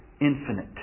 infinite